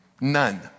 None